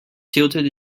tilted